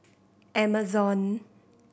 Amazon